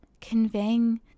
conveying